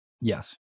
Yes